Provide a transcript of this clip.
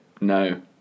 No